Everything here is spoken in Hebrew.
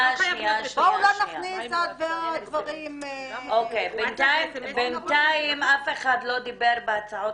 בואו לא נכניס עוד ועוד דברים --- בינתיים אף אחד לא דיבר בהצעות